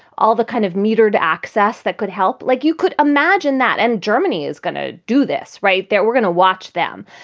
all the kind of metered access that could help. like, you could imagine that. and germany is going to do this, right, that we're gonna watch them.